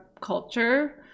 culture